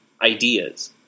ideas